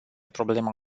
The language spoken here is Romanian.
problema